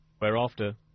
whereafter